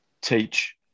teach